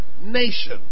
nation